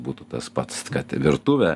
būtų tas pats kad virtuvę